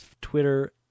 Twitter